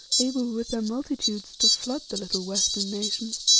able with their multitudes to flood the little western nations.